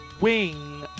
wing